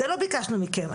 זה לא ביקשנו מכם,